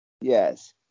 Yes